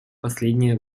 последнее